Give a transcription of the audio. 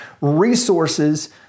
resources